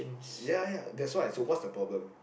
ya ya that's why so what's the problem